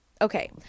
Okay